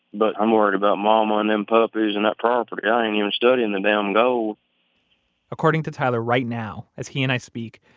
but i'm worried about mama and them puppies and that property. i ain't even studying the damn gold according to tyler, right now as he and i speak,